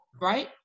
right